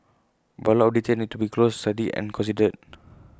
but A lot of details need to be closely studied and considered